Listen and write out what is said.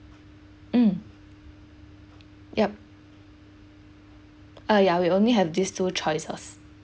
mm yup uh yeah we only have this two choices